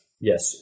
Yes